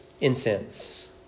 incense